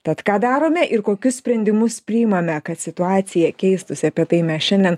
tad ką darome ir kokius sprendimus priimame kad situacija keistųsi apie tai mes šiandien